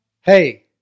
Hey